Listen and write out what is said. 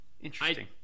interesting